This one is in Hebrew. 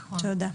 תודה.